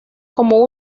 como